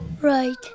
Right